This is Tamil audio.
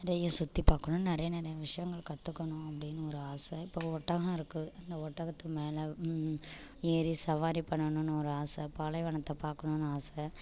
நிறைய சுற்றிப் பார்க்கணும் நிறைய நிறைய விஷயங்கள் கற்றுக்கணும் அப்படின்னு ஒரு ஆசை இப்போ ஒட்டகம் இருக்கு அந்த ஒட்டகத்துக்கு மேலே ஏறி சவாரி பண்ணனும்னு ஒரு ஆசை பாலைவனத்தை பார்க்கணுன்னு ஆசை